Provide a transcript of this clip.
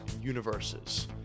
universes